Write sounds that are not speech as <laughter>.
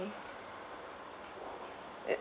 <noise>